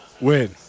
Win